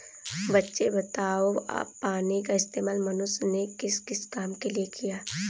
बच्चे बताओ पानी का इस्तेमाल मनुष्य ने किस किस काम के लिए किया?